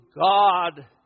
God